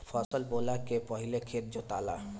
फसल बोवले के पहिले खेत जोताला